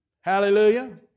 Hallelujah